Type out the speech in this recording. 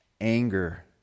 anger